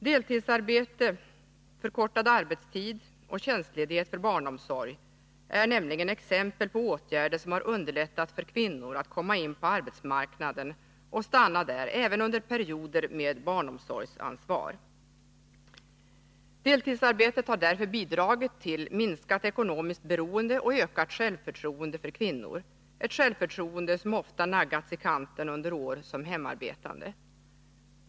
Deltidsarbete, förkortad arbetstid och tjänstledighet för barnomsorg är exempel på åtgärder som har underlättat för kvinnor att komma in på arbetsmarknaden och att stanna där även under perioder med barnomsorgsansvar. Deltidsarbete har därför bidragit till minskat ekonomiskt beroende och ökat självförtroende för kvinnor, ett självförtroende som ofta har naggats i kanten under år som hemarbetande.